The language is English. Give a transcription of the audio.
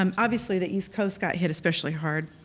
um obviously the east coast got hit especially hard.